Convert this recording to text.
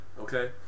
okay